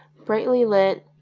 brightly lit,